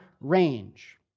range